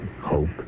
hope